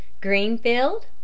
Greenfield